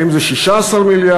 האם זה 16 מיליארד,